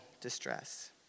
distress